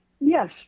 Yes